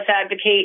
advocate